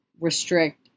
restrict